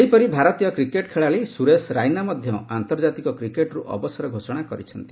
ସେହିପରି ଭାରତୀୟ କ୍ରିକେଟ ଖେଳାଳି ସୁରେଶ ରାଇନା ମଧ୍ୟ ଆନ୍ତର୍ଜାତୀୟ କ୍ରିକେଟରୁ ଅବସର ଘୋଷଣା କରିଛନ୍ତି